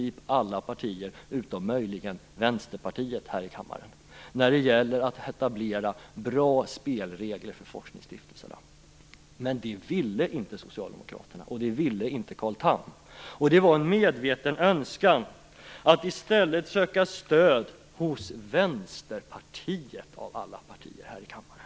Jag vågar påstå att den hade kunnat vara så bred att den hade omfattat i princip alla partier här i kammaren utom möjligen Vänsterpartiet. Men det ville inte Socialdemokraterna och Carl Tham. Det var en medveten önskan att i stället söka stöd hos Vänsterpartiet av alla partier här i kammaren.